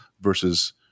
versus